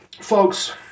folks